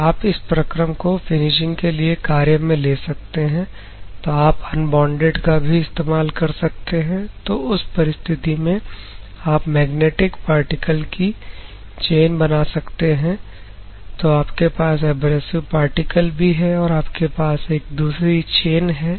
तो आप इस प्रकरण को फिनिशिंग के लिए कार्य में ले सकते हैं तो आप अनबोंडेड का भी इस्तेमाल कर सकते हैं तो उस परिस्थिति में आप मैग्नेटिक पार्टिकल की चेन बना सकते हैं तो आपके पास एब्रेसिव पार्टिकल भी है और आपके पास एक दूसरी चैन है